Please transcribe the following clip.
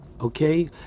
Okay